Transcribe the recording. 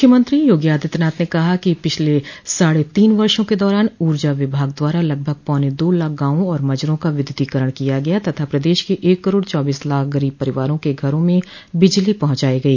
मूख्यमंत्री योगी आदित्यनाथ ने कहा है कि पिछले साढ़े तीन वर्षो के दौरान ऊर्जा विभाग द्वारा लगभग पौने दो लाख गांवों और मजरों का विद्युतोकरण किया गया तथा प्रदेश के एक करोड़ चौबीस लाख गरीब परिवारों के घरों में बिजली पहुंचाई गई